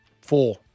four